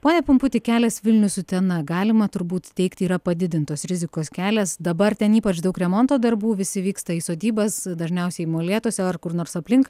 pone pumputi kelias vilnius utena galima turbūt teigti yra padidintos rizikos kelias dabar ten ypač daug remonto darbų visi vyksta į sodybas dažniausiai molėtuose ar kur nors aplink